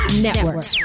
Network